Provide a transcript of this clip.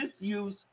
misuse